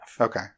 okay